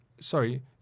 sorry